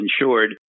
insured